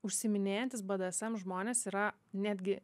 užsiiminėjantys bdsm žmonės yra netgi